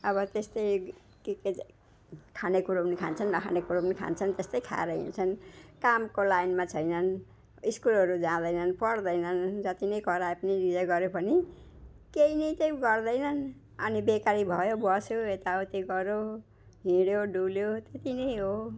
अब त्यस्तै के के खानेकुरा पनि खान्छन् नखाने कुरा पनि खान्छन् त्यस्तै खाएर हिँड्छन् कामको लाइनमा छैनन् स्कुलहरू जाँदैनन् पढ्दैनन् जति नै कराए पनि जे गरे पनि केही नै चाहिँ गर्दैनन् अनि बेकारी भयो बस्यो यताउति गऱ्यो हिँड्यो डुल्यो त्यति नै हो